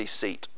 seat